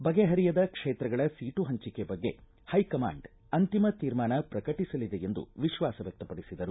ಬಗೆಹರಿಯದ ಕ್ಷೇತ್ರಗಳ ಸೀಟು ಹಂಚಿಕೆ ಬಗ್ಗೆ ಹೈಕಮಾಂಡ್ ಅಂತಿಮ ತೀರ್ಮಾನ ಪ್ರಕಟಿಸಲಿದೆ ಎಂದು ವಿಶ್ವಾಸ ವ್ಯಕ್ತಪಡಿಸಿದರು